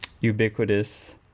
ubiquitous